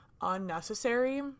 unnecessary